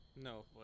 No